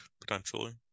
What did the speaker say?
potentially